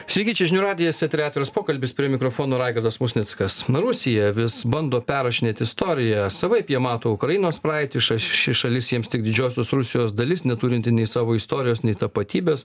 sveiki čia žinių radijas eteryje atviras pokalbis prie mikrofono raigardas musnickas rusija vis bando perrašinėt istoriją savaip jie mato ukrainos praeitį ši šalis jiems tik didžiosios rusijos dalis neturinti nei savo istorijos nei tapatybės